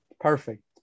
perfect